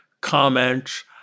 comments